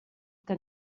que